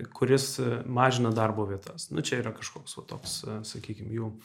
kuris mažina darbo vietas nu čia yra kažkoks va toks sakykim jų